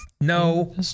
No